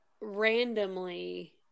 randomly